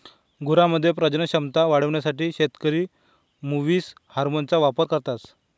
गुरांमध्ये प्रजनन क्षमता वाढवण्यासाठी शेतकरी मुवीस हार्मोनचा वापर करता